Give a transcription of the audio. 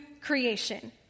creation